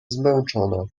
zmęczona